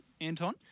Anton